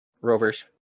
rovers